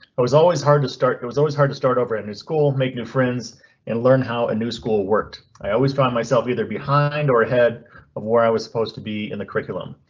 but was always hard to start. it was always hard to start over at his school, make new friends and learn how a new school worked. i always find myself either behind or ahead of where i was supposed to be in the curriculum.